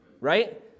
right